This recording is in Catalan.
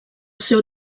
seu